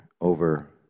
over